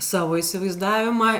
savo įsivaizdavimą